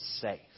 safe